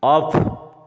off